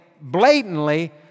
blatantly